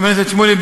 חבר הכנסת שמולי,